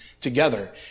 together